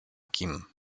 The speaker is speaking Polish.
kim